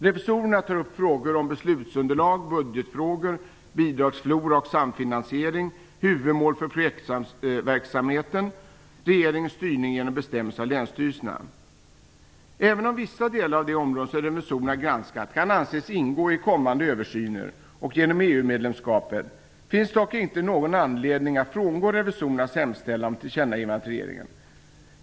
Revisorerna tar upp frågor om beslutsunderlag, budgetfrågor, bidragsflora och samfinansiering, huvudmål för projektverksamheten samt regeringens styrning av länsstyrelserna genom bestämmelser. Även om vissa delar av de områden som revisorerna granskat kan anses ingå i kommande översyner som EU-medlemskapet medför, finns dock inte någon anledning att frångå revisorernas hemställan om tillkännagivande till regeringen.